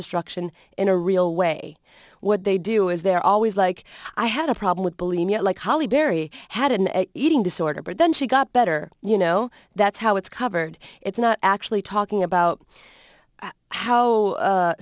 destruction in a real way what they do is they're always like i had a problem with believe me i like how we bury had an eating disorder but then she got better you know that's how it's covered it's not actually talking about how